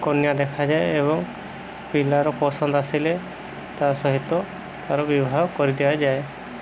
କନ୍ୟା ଦେଖାଯାଏ ଏବଂ ପିଲାର ପସନ୍ଦ ଆସିଲେ ତା ସହିତ ତାର ବିବାହ କରି ଦିଆଯାଏ